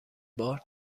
بار